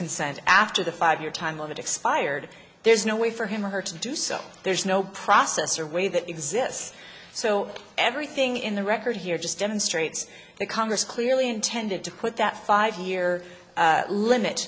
consent after the five year time of expired there's no way for him or her to do so there's no process or way that exists so everything in the record here just demonstrates that congress clearly intended to put that five year limit